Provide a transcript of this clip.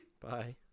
Bye